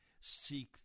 Seek